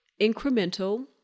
incremental